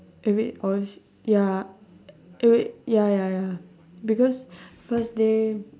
eh wait or is it ya eh wait ya ya ya because first day